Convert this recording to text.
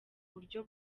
buryo